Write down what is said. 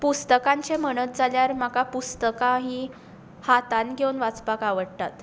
पुस्तकांचें म्हणत जाल्यार म्हाका पुस्तकां हीं हातांत घेवन वाचपाक आवडटा